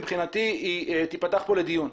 מבחינתי תיפתח כאן לדיון.